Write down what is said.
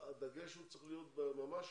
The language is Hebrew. הדגש צריך להיות ממש